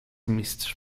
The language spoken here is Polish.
mistrz